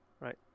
right